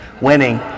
winning